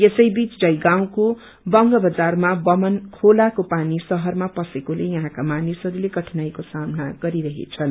यसैबीच जय गाउँको बंग बजारमा बमन खोलाको पानी शहरमा पसेकोले यहाँका मानिसहरूले कठिनाईको सामना गरिरहेछन्